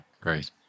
great